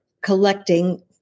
collecting